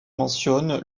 mentionne